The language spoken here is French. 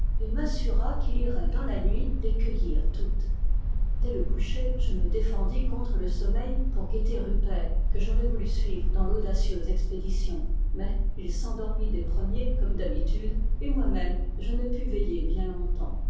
et m'assura qu'il irait dans la nuit les cueillir toutes dès le coucher je me défendis contre le sommeil pour guetter rupert que j'aurais voulu suivre dans l'audacieuse expédition mais il s'endormit des premiers comme d'habitude et moi-même je ne pus veiller bien longtemps